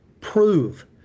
Prove